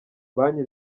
banki